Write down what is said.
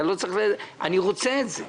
אני רוצה את זה.